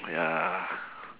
ya